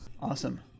awesome